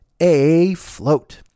afloat